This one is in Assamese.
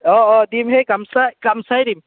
অঁ অঁ দিম সেই কামচা কামচাই দিম